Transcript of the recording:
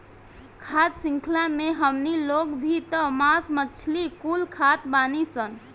खाद्य शृंख्ला मे हमनी लोग भी त मास मछली कुल खात बानीसन